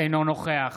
אינו נוכח